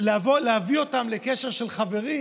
להביא אותם לקשר של חברים,